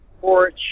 porch